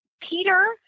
Peter